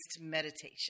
meditation